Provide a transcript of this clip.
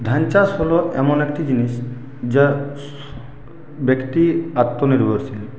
ধান চাষ হল এমন একটি জিনিস যা ব্যক্তি আত্মনির্ভরশীল